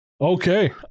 Okay